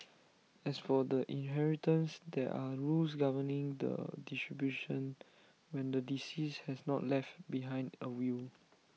as for the inheritance there are rules governing the distribution when the deceased has not left behind A will